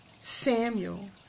Samuel